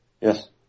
Yes